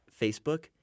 Facebook